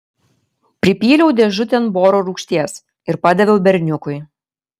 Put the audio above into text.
pripyliau dėžutėn boro rūgšties ir padaviau berniukui